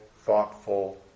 thoughtful